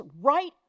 right